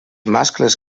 mascles